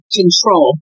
control